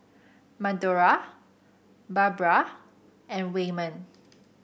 Madora Barbra and Waymon